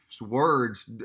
words